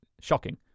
shocking